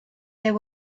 there